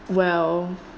well uh